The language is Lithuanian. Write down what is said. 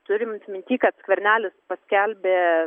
turint minty kad skvernelis paskelbė